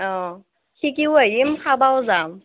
অ' শিকিও আহিম খাবও যাম